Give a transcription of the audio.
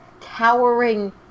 towering